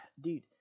Dude